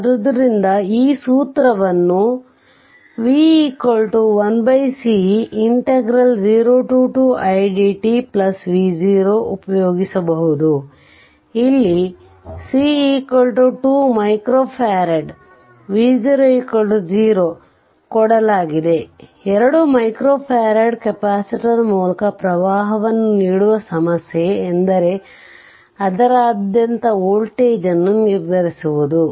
ಆದ್ದರಿಂದ ಈ ಸೂತ್ರವನ್ನು v 1c 02 idt v0 ಉಪಯೋಗಿಸಬೇಕು ಇಲ್ಲಿ c2F v0 0 ಕೊಡಲಾಗಿದೆ 2 ಮೈಕ್ರೊ ಫರಾಡ್ ಕೆಪಾಸಿಟರ್ ಮೂಲಕ ಪ್ರವಾಹವನ್ನು ನೀಡುವ ಸಮಸ್ಯೆ ಎಂದರೆ ಅದರಾದ್ಯಂತದ ವೋಲ್ಟೇಜ್ ಅನ್ನು ನಿರ್ಧರಿಸುವುದು